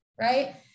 Right